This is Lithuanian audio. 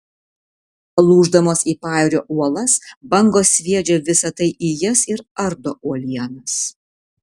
lūždamos į pajūrio uolas bangos sviedžia visa tai į jas ir ardo uolienas